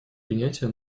принятия